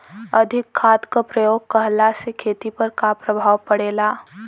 अधिक खाद क प्रयोग कहला से खेती पर का प्रभाव पड़ेला?